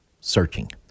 searching